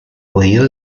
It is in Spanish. podido